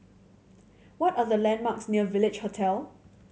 what are the landmarks near Village Hotel